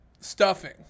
Stuffing